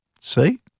See